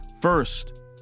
First